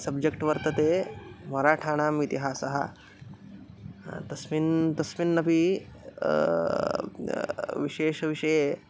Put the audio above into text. subject वर्तते मराठाणाम् इतिहासः तस्मिन् तस्मिन्नपि विशेष विषये